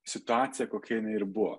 situaciją kokia ji ir buvo